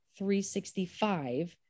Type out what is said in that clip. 365